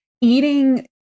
eating